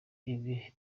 imwe